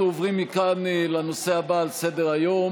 אנחנו עוברים מכאן לנושא הבא על סדר-היום.